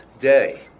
day